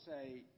say